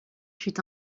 fut